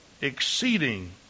Exceeding